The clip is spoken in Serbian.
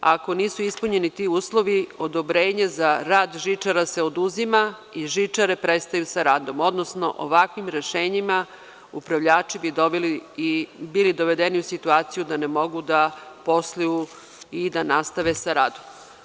Ako nisu ispunjeni ti uslovi, odobrenje za rad žičara se oduzima i žičare prestaju sa radom, odnosno ovakvim rešenjima upravljači bi bili dovedeni u situaciju da ne mogu da posluju i da nastave sa radom.